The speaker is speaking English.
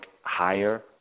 higher